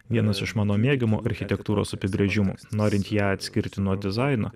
vienas iš mano mėgiamų architektūros apibrėžimų norint ją atskirti nuo dizaino